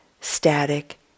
static